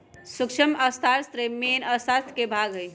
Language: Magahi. सूक्ष्म अर्थशास्त्र मेन अर्थशास्त्र के भाग हई